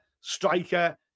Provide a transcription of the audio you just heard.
striker